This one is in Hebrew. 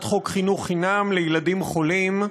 חוק חינוך חינם לילדים חולים (תיקון,